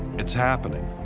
it's happening.